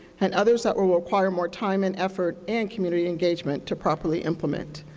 and others that will will require more time and effort and community engagement to properly implement.